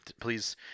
please